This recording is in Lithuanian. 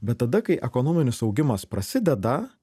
bet tada kai ekonominis augimas prasideda